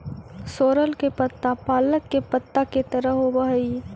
सोरल के पत्ता पालक के पत्ता के तरह होवऽ हई